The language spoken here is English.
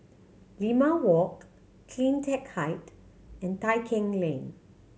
Limau Walk Cleantech Height and Tai Keng Lane